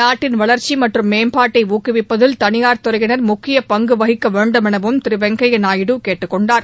நாட்டின் வளர்ச்சி மற்றும் மேம்பாட்டை ஊக்குவிப்பதில் தனியார் துறையினர் முக்கிய பங்கு வகிக்க வேண்டும் எனவும் திரு வெங்கையா நாயுடு கேட்டுக்கொண்டார்